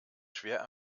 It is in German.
schwer